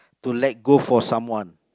to let go for someone